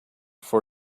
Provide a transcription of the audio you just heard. for